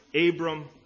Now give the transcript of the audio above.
Abram